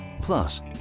Plus